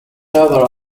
other